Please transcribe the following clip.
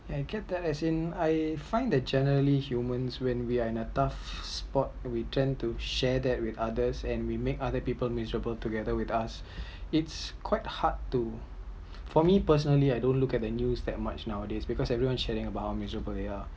and I get that as in I find that generally human when we are in the tough spot we tend to share that with others and we make other people miserable together with us it’s quite hard to for me personally I don’t look at the news that much nowadays because everyone sharing how measurable they are